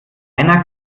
einer